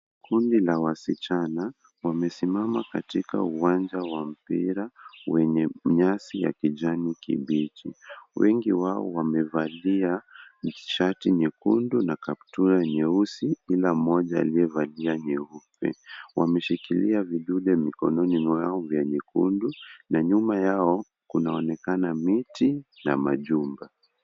Kundi la wasichana, wamesimama katika uwanja wa mpira, wenye nyasi ya kijani kibichi. Wengi wao wamevalia, nishati nyekundu na kaptura nyeusi, bila moja aliyevalia nyeupe. Wameshikilia vidude mikononi mwao vya nyekundu na nyuma yao, kunaonekana miti na majumba.